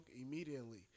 immediately